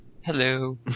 Hello